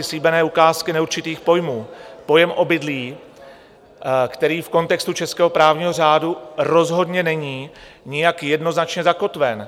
Slíbené ukázky neurčitých pojmů: pojem obydlí, který v kontextu českého právního řádu rozhodně není nijak jednoznačně zakotven.